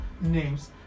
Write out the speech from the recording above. names